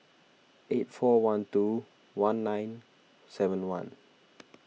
eight four one two one nine seven one